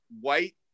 white